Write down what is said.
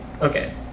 okay